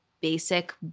basic